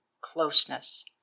closeness